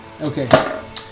Okay